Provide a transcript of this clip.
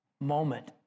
moment